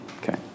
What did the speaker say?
Okay